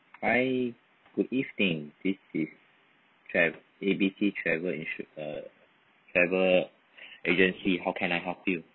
hi good evening this is tra~ A B C travel insu~ uh travel agency how can I help you